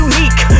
Unique